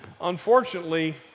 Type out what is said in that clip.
unfortunately